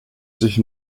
sich